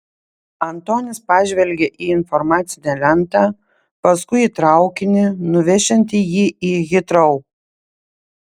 antonis pažvelgė į informacinę lentą paskui į traukinį nuvešiantį jį į hitrou